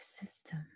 system